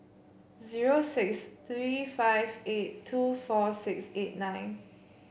zero six three five eight two four six eight nine